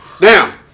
Now